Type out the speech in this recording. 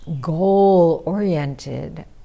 goal-oriented